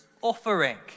offering